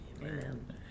Amen